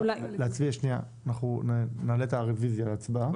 אנחנו נעלה את הרוויזיה להצבעה.